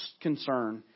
concern